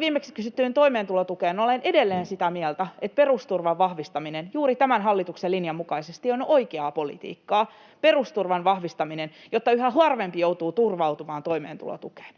viimeksi kysyttyyn toimeentulotukeen, olen edelleen sitä mieltä, että perusturvan vahvistaminen juuri tämän hallituksen linjan mukaisesti on oikeaa politiikkaa — perusturvan vahvistaminen, jotta yhä harvempi joutuu turvautumaan toimeentulotukeen.